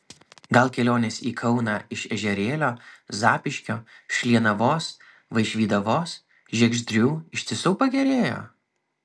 gal kelionės į kauną iš ežerėlio zapyškio šlienavos vaišvydavos žiegždrių iš tiesų pagerėjo